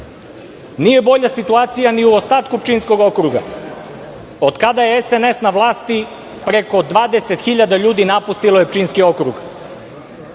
bolja situacija ni u ostatku Pčinskog okruga, od kada je SNS na vlasti preko 20 hiljada ljudi napustilo je Pčinski okrug.